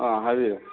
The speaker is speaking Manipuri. ꯑꯥ ꯍꯥꯏꯕꯤꯌꯨ